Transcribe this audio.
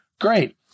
Great